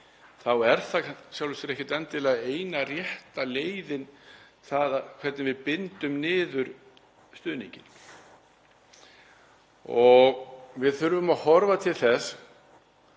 þá er það í sjálfu sér ekkert endilega eina rétta leiðin varðandi það hvernig við bindum niður stuðninginn. Við þurfum að horfa til þess